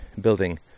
building